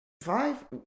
Five